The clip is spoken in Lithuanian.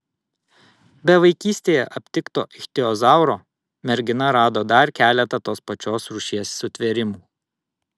be vaikystėje aptikto ichtiozauro mergina rado dar keletą tos pačios rūšies sutvėrimų